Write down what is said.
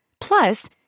Plus